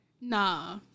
Nah